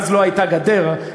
אז לא הייתה גדר,